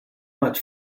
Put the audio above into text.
much